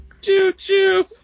Choo-choo